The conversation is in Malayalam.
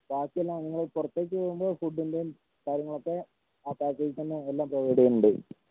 ബാക്കിയെല്ലാം നിങ്ങൾ പുറത്തേക്ക് പോകുമ്പോൾ ഫുഡിൻറ്റേം കാര്യങ്ങളൊക്കെ ആ പാക്കേജിൽ തന്നെ എല്ലാം പ്രൊവൈഡ് ചെയ്യുന്നുണ്ട്